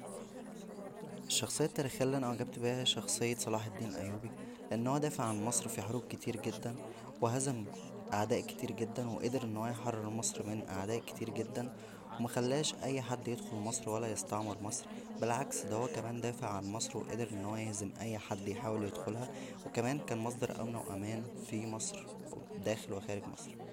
الشخصيه التاريخيه اللى انا اعجبت بيها هى شخصيه صلاح الدين الايوبى لان هو دافع عن مصر فى حروب كتير جددا و هزم اعداء كتير جدا وقدر ان هو يحرر مصر من اعداء كتير جدا و مخلاش اى حد يدخل مصر ولا يستعمر مصر بالعكس دا هو كمان دافع عن مصر وقدر ان هو يهزم اى حد يحاول يدخلها وكمان كان مصدر امن وامان فى مصر وداخل وخارج مصر